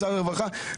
שר הרווחה,